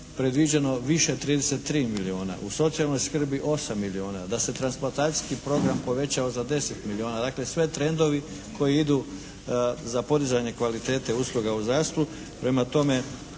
predviđeno više 33 milijuna, u socijalnoj skrbi 8 milijuna, da se transplantacijski program povećao za 10 milijuna, dakle sve trendovi koji idu za podizanje kvalitete usluge u zdravstvu. Prema tome,